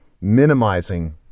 minimizing